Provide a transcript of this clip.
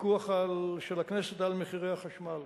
פיקוח של הכנסת על מחירי החשמל